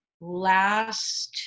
last